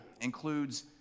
includes